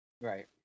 Right